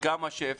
עד כמה שאפשר,